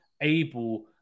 able